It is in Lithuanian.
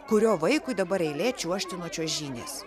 kurio vaikui dabar eilė čiuožti nuo čiuožynės